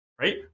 right